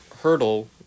hurdle